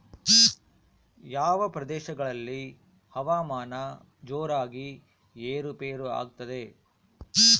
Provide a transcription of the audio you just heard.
ಯಾವ ಪ್ರದೇಶಗಳಲ್ಲಿ ಹವಾಮಾನ ಜೋರಾಗಿ ಏರು ಪೇರು ಆಗ್ತದೆ?